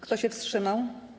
Kto się wstrzymał?